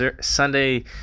Sunday